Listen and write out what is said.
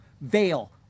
veil